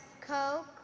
Coke